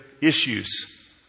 Issues